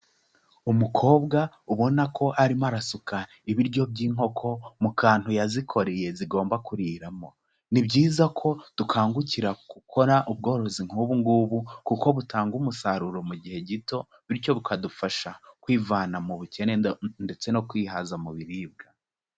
Umukobwa ubona ko arimo arasuka ibiryo by'inkoko mu kantu yazikoreye zigomba kuriramo, ni byiza ko dukangukira gukora ubworozi nk'ubu ngubu kuko butanga umusaruro mu gihe gito bityo bukadufasha kwivana mu bukene ndetse no kwihaza mu biribwa.